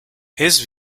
his